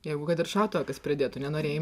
jeigu kad ir šautuvą kas pridėtų nenorėjai